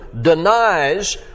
denies